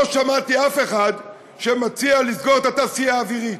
לא שמעתי אף אחד שמציע לסגור את התעשייה האווירית.